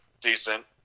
decent